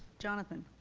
jonathan?